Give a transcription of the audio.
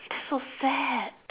it's so sad